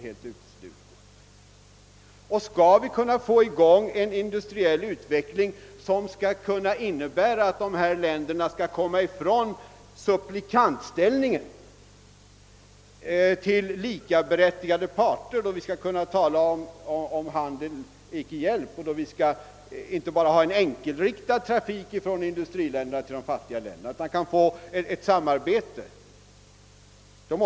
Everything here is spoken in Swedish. i u-länderna, om vi skall kunna få i gång en utveckling som innebär att dessa länder kommer ifrån supplikantställningen och blir likaberättigade parter, så att tesen »handel icke hjälp» kan få en reell innebörd och så att det inte bara blir en enkelriktad trafik från industriländerna till de fattiga länderna utan i stället ett samarbete.